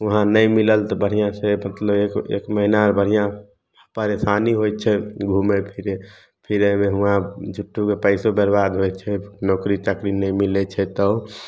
वहाँ नहि मिलल तऽ बढ़िआँसँ मतलब एक महीना बढ़िआँ परेशानी होइ छै घूमय फिरय फिरयमे हुवाँ झूठोके पैसो बरबाद होइ छै नौकरी चाकरी नहि मिलय छै तब